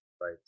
right